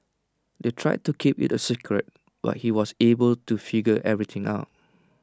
they tried to keep IT A secret but he was able to figure everything out